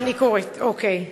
אני קוראת, אוקיי.